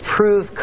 Prove